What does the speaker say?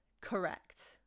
correct